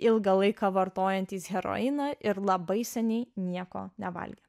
ilgą laiką vartojantys heroiną ir labai seniai nieko nevalgę